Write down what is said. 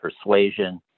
persuasion